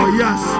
yes